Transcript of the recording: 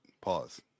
pause